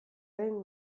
den